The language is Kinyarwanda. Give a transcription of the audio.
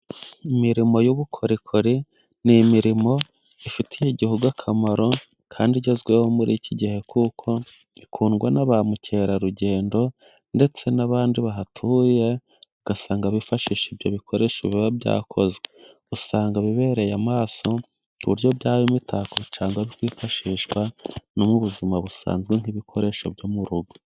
Imirimo y'ubukorikori ni imirimo ifitiye igihugu akamaro, kandi igezweho muri iki gihe, kuko ikundwa na ba mukerarugendo, ndetse n'abandi bahatuye ugasanga bifashisha ibyo bikoresho biba byakozwe, usanga bibereye amasoso, ku buryo byaba imitako cyangwa byifashishwa no mubuzima busanzwe bw'ibikoresho byo mu rugo.